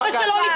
אבא שלו נפטר?